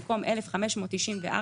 במקום 1,594,